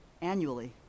annually